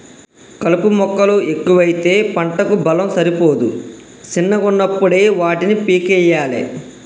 కలుపు మొక్కలు ఎక్కువైతే పంటకు బలం సరిపోదు శిన్నగున్నపుడే వాటిని పీకేయ్యలే